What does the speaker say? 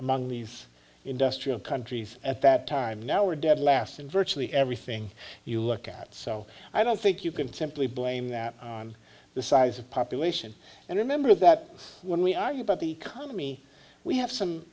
among these industrial countries at that time now we're dead last in virtually everything you look at so i don't think you can simply blame that on the size of population and remember that when we argue about the economy we have some